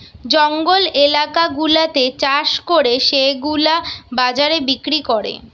জঙ্গল এলাকা গুলাতে চাষ করে সেগুলা বাজারে বিক্রি করে